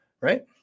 right